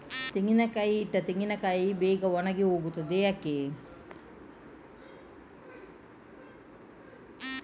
ತೆಗೆದು ಇಟ್ಟ ತೆಂಗಿನಕಾಯಿ ಬೇಗ ಒಣಗಿ ಹೋಗುತ್ತದೆ ಯಾಕೆ?